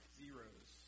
zeros